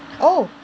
oh